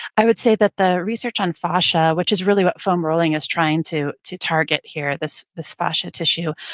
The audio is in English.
i would say that the research on fascia, which is really what foam rolling is trying to to target here, this this fascia tissue,